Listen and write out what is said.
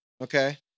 okay